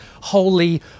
holy